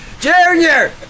junior